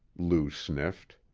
lou sniffed.